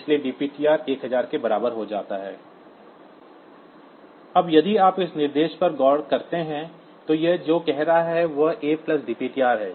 इसलिए dptr 1000 के बराबर हो जाता है अब यदि आप इस निर्देश पर गौर करते हैं तो यह जो कह रहा है वह A प्लस dptr है